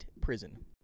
prison